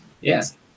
yes